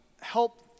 help